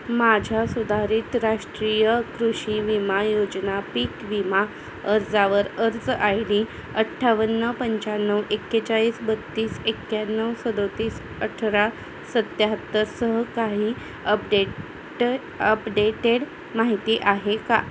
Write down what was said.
माझ्या सुधारित राष्ट्रीय कृषी विमा योजना पीक विमा अर्जावर अर्ज आय डी अठ्ठावन्न पंच्याण्णव एकेचाळीस बत्तीस एक्याण्णव सदतीस अठरा सत्याहत्तरसह काही अपडेट अपडेटेड माहिती आहे का